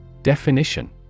Definition